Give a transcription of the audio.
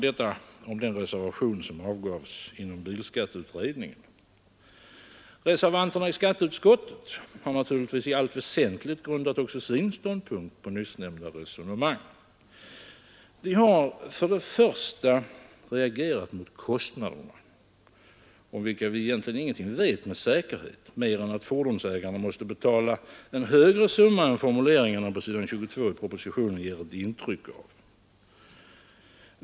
Detta om den reservation som avgavs inom bilskatteutredningen. Reservanterna i skatteutskottet har naturligtvis i allt entligt grundat också sin ståndpunkt på nyssnämnda resonemang. Vi har för det första reagerat mot kostnaderna, om vilka vi egentligen ingenting vet med säkerhet mer än att fordonsägarna måste betala en högre summa än formuleringarna på s. 22 i propositionen ger ett intryck av.